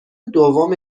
دوم